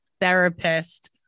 therapist